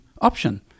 option